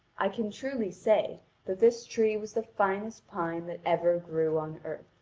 i can truly say that this tree was the finest pine that ever grew on earth.